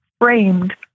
framed